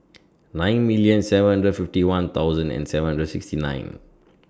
nine million seven hundred fifty one thousand and seven hundred sixty nine